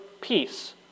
peace